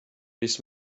this